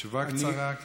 ותשובה קצרה.